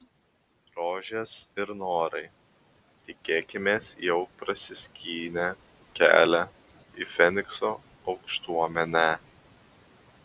rožės ir norai tikėkimės jau prasiskynė kelią į fenikso aukštuomenę